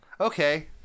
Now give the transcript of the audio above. okay